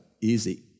Easy